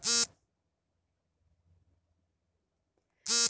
ಕಾಯಿ ಕೊರಕ ರೋಗಕ್ಕೆ ಕಾರಣವಾದ ಕೀಟ ಯಾವುದು ಮತ್ತು ಅದನ್ನು ನಿವಾರಣೆ ಮಾಡುವುದು ಹೇಗೆ?